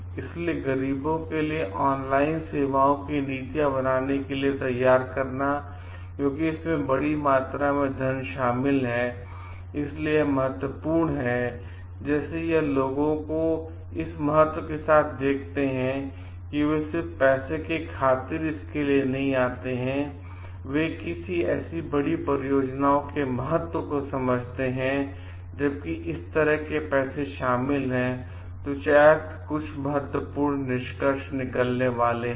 इसलिए गरीबों के लिए ऑनलाइन सेवाओं की नीतियां बनाने के लिए तैयार करना क्योंकि इसमें बड़ी मात्रा में धन शामिल है इसलिए यह महत्वपूर्ण है जैसे यह है कि लोग इसे महत्व के साथ देखते हैं वे सिर्फ पैसे की खातिर इसके लिए नहीं आते हैं लेकिन वे ऐसी बड़ी परियोजनाओं के महत्व को समझते हैं जबकि इस तरह के पैसे शामिल हैं तो शायद कुछ महत्वपूर्ण निष्कर्ष निकलने वाले हैं